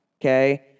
Okay